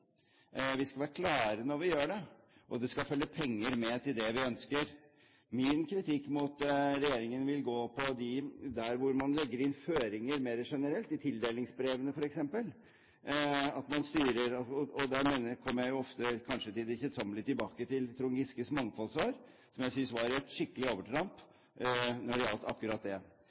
vi skal være klare når vi gjør det, og det skal følge penger med til det vi ønsker. Min kritikk mot regjeringen vil gå på der hvor man legger inn føringer mer generelt, f.eks. i tildelingsbrevene. Og da kommer jeg jo ofte – kanskje til det kjedsommelige – tilbake til Trond Giskes mangfoldsår, som jeg synes var et skikkelig overtramp når det gjaldt akkurat det.